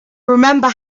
remember